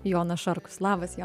jonas šarkus labas jon